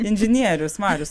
inžinierius marius